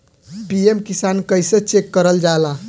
PM Kisan कइसे check करल जाला?